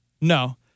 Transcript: No